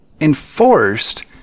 enforced